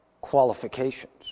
Qualifications